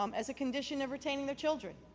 um as a condition of retaining their children.